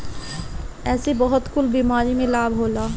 एसे बहुते कुल बीमारी में लाभ होला